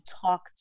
talk